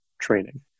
training